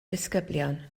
disgyblion